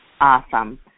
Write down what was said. Awesome